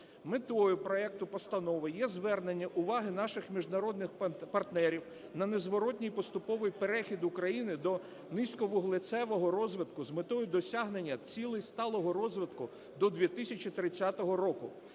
Метою проекту постанови є звернення уваги наших міжнародних партнерів на незворотній і поступовий перехід України до низьковуглецевого розвитку з метою досягнення цілей сталого розвитку до 2030 року,